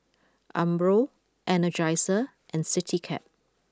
Umbro Energizer and Citycab